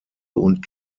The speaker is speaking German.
und